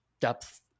depth